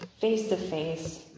Face-to-face